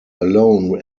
alone